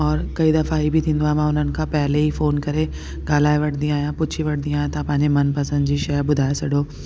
और कई दफ़ा हीअ बि थींदो आहे मां हुननि खां पहले ई फोन करे ॻाल्हाए वठंदी आहिंयां पुछी वठंदी आहिंयां तव्हां पंहिंजे मनपसंदि जी शइ ॿुधाइ छॾियो